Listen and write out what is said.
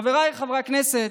חבריי חברי הכנסת,